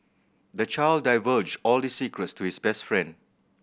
the child divulged all his secrets to his best friend